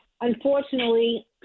unfortunately